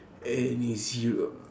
any zero